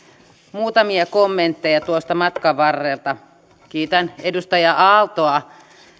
muutamia kommentteja tuosta matkan varrelta kiitän edustaja aaltoa